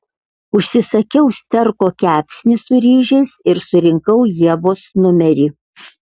užsisakiau sterko kepsnį su ryžiais ir surinkau ievos numerį